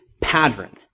pattern